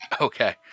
Okay